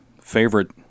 favorite